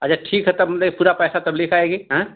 अच्छा ठीक है तब मतलब ये पूरा पैसा तब लेके आएगी हाँ